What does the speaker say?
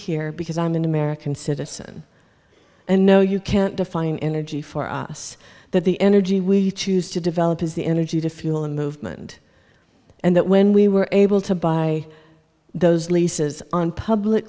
here because i'm an american citizen and no you can't define energy for us that the energy will you choose to develop is the energy to fuel a movement and that when we were able to buy those leases on public